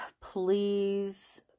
please